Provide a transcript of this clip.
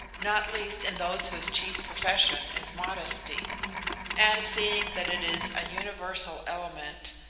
not least in those whose chief profession is modesty and seeing that it is a universal element,